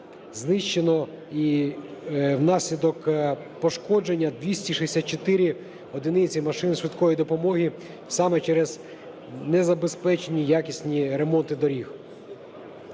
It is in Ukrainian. знищено і внаслідок пошкодження 264 одиниці машин швидкої допомоги саме через незабезпечені якісні ремонти доріг.